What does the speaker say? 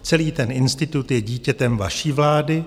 Celý ten institut je dítětem vaší vlády.